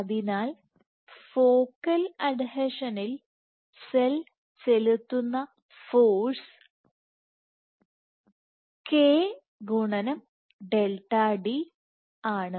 അതിനാൽ ഫോക്കൽ അഡ്ഹീഷനിൽ സെൽ ചെലുത്തുന്ന ഫോഴ്സ് k Δ d ആണ്